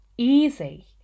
easy